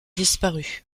disparu